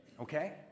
Okay